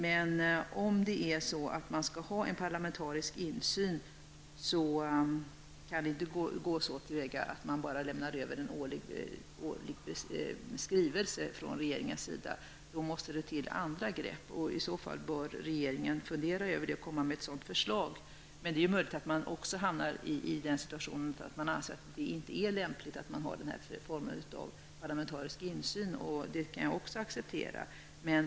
Men om man skall ha en parlamentarisk insyn skall en sådan inte bara innebära att endast en årlig skrivelse överlämnas från regeringen. Det måste i så fall till andra grepp, och då bör regeringen fundera över detta och lägga fram ett sådant förslag. Men det är möjligt att man hamnar i en sådan situation att man anser att det inte är lämpligt med denna form av parlamentarisk insyn, vilket jag också kan acceptera.